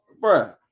bro